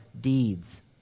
deeds